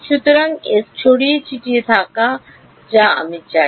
সুতরাং এস ছড়িয়ে ছিটিয়ে আছে যা আমি চাই